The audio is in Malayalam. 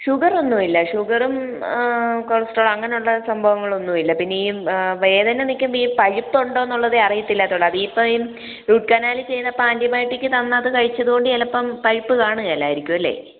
ഷുഗറൊന്നുവില്ല ഷുഗറും കൊളസ്റ്റ്റോൾ അങ്ങനെ ഉള്ള സംഭവങ്ങളൊന്നുവില്ല പിന്നി വേദന നിക്കുമ്പോൾ ഈ പഴുപ്പുണ്ടോന്നുള്ളതെ അറിയത്തില്ലാത്തതൊള്ളൂ അതിപ്പം റൂട്ട് കനാല് ചെയ്തപ്പോൾ ആൻറ്റിബയോട്ടിക് തന്നത് കഴിച്ചതുകൊണ്ട് ചിലപ്പം പഴുപ്പ് കാണുകേലായിരിക്കും അല്ലേ